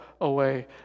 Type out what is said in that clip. away